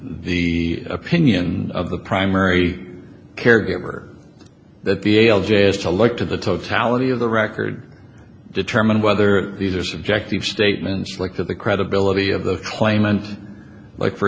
the opinion of the primary caregiver that the ale j is to look to the totality of the record determine whether these are subjective statements like that the credibility of the claimant like for